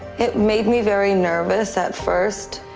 it made me very nervous at first.